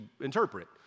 interpret